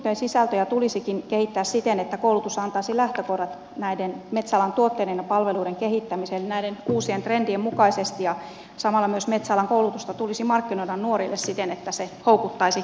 tutkintojen sisältöjä tulisikin kehittää siten että koulutus antaisi lähtökohdat näiden metsäalan tuotteiden ja palveluiden kehittämiseen näiden uusien trendien mukaisesti ja samalla myös metsäalan koulutusta tulisi markkinoida nuorille siten että se houkuttaisi